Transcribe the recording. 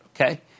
okay